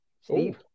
Steve